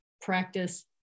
practice